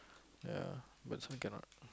ya but this one cannot